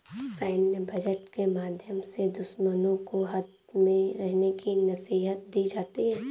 सैन्य बजट के माध्यम से दुश्मनों को हद में रहने की नसीहत दी जाती है